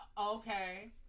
Okay